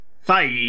Five